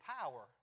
power